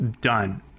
done